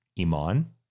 Iman